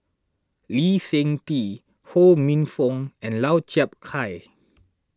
Lee Seng Tee Ho Minfong and Lau Chiap Khai